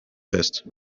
fest